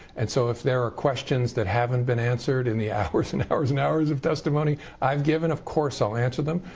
and so if there are questions that haven't been answered in the hours and hours and hours of testimony i've given, of course i'll answer them.